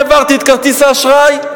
העברתי את כרטיס האשראי,